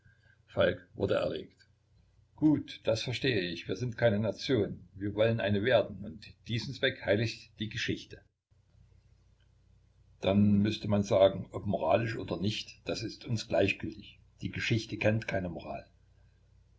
falk wurde erregt gut das verstehe ich wir sind keine nation wir wollen eine werden und diesen zweck heiligt die geschichte dann müßte man sagen ob moralisch oder nicht das ist uns gleichgültig die geschichte kennt keine moral